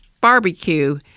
barbecue